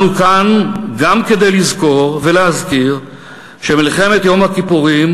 אנחנו כאן גם כדי לזכור ולהזכיר שמלחמת יום הכיפורים